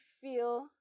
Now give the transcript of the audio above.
feel